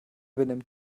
benimmt